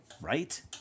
Right